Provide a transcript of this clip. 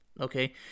Okay